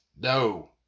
no